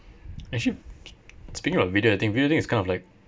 actually speaking of video editing video editing is kind of like